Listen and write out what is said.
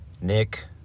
nick